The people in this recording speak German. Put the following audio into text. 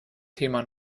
thema